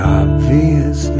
obvious